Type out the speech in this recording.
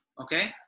Okay